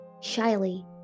Shyly